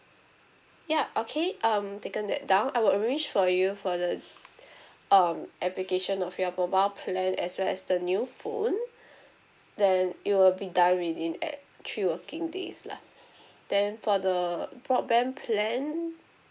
ya okay um taken that down I will arrange for you for the um application of your mobile plan as well as the new phone then it will be done within at three working days lah then for the broadband plan